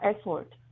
effort